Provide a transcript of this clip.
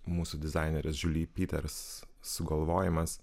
mūsų dizainerės žiuly pyters sugalvojimas